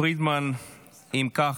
אם כך,